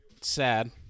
Sad